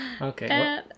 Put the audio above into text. okay